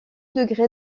degré